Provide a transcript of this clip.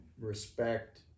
respect